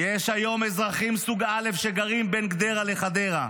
"יש היום אזרחים סוג א', שגרים בין גדרה לחדרה,